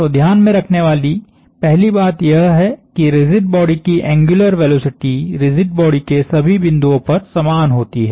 तो ध्यान में रखने वाली पहली बात यह है कि रिजिड बॉडी की एंग्युलर वेलोसिटी रिजिड बॉडी के सभी बिंदुओं पर समान होती है